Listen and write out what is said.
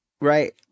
right